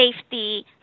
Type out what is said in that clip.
safety